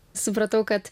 supratau kad